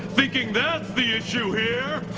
thinking that's the issue here.